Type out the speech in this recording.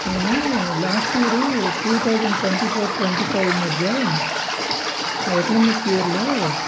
నేను last year two thousand twenty four twenty five మధ్య economic ఇయర్లో